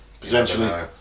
Potentially